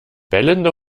bellende